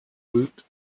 woot